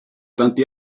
tanti